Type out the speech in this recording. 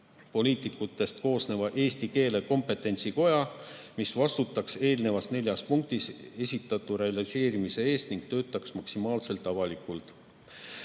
poliitikutest koosnev eesti keele kompetentsikoda, mis vastutaks eelnevas neljas punktis esitatu realiseerimise eest ning töötaks maksimaalselt avalikult.